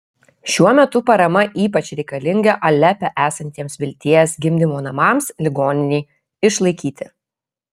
šiuo metu parama ypač reikalinga alepe esantiems vilties gimdymo namams ligoninei išlaikyti